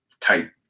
Type